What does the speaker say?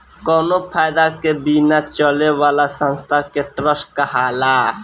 कावनो फायदा के बिना चले वाला संस्था के ट्रस्ट कहाला